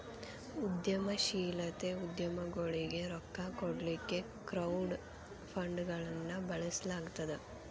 ಉದ್ಯಮಶೇಲತೆ ಉದ್ಯಮಗೊಳಿಗೆ ರೊಕ್ಕಾ ಕೊಡ್ಲಿಕ್ಕೆ ಕ್ರೌಡ್ ಫಂಡ್ಗಳನ್ನ ಬಳಸ್ಲಾಗ್ತದ